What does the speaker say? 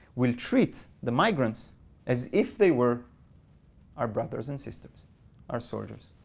we'll treat the migrants as if they were our brothers and sisters our soldiers.